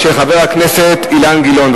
של חבר הכנסת אילן גילאון.